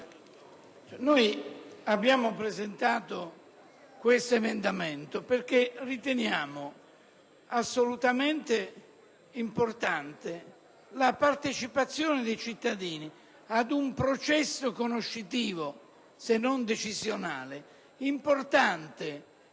abbiamo presentato l'emendamento 14.306 perché consideriamo assolutamente rilevante la partecipazione dei cittadini ad un processo conoscitivo, se non decisionale, importante